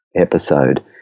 episode